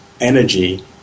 energy